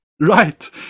Right